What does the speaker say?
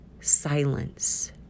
silence